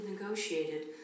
negotiated